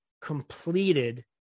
completed